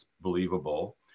believable